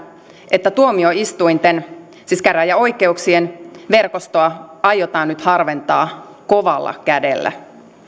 että tuomioistuinten siis käräjäoikeuksien verkostoa aiotaan nyt harventaa kovalla kädellä